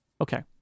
Okay